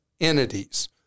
entities